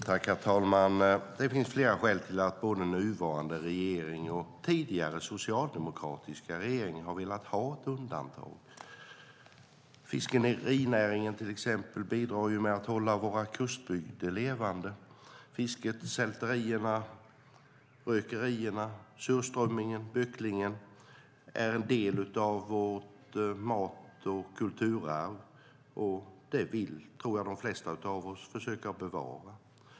Herr talman! Det finns flera skäl till att både nuvarande regering och tidigare socialdemokratiska regeringar har velat ha ett undantag. Fiskerinäringen bidrar till exempel med att hålla våra kustbygder levande. Fisket, sälterierna, rökerierna, surströmmingen och böcklingen är en del av vårt mat och kulturarv, och det tror jag att de flesta av oss vill försöka bevara.